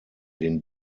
den